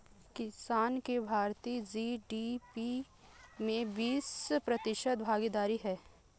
किसान की भारतीय जी.डी.पी में बीस प्रतिशत भागीदारी है